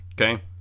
Okay